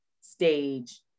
stage